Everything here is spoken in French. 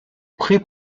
pré